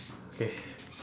okay